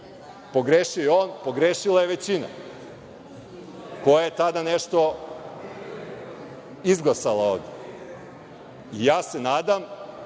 pogrešio je on, pogrešila je većina, koja je tada nešto izglasala ovde. Ja se nadam